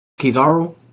Kizaru